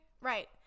Right